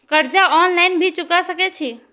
कर्जा ऑनलाइन भी चुका सके छी?